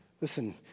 listen